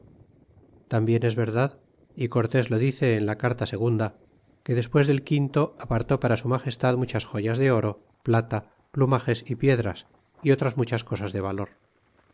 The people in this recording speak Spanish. tambien es verdad y cortes lo dice en la carta ii que despues del quinto apartó para su magestad muchas joyas de oro plata plumages y piedras y otras muchas cosas de valor